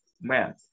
man